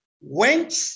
went